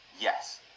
Yes